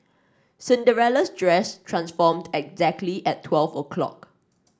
Cinderella's dress transformed exactly at twelve o'clock